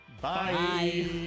Bye